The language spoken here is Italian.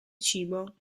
cibo